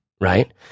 Right